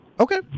Okay